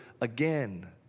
again